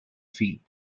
field